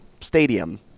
Stadium